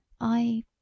I—